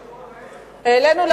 העלינו,